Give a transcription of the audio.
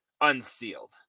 unsealed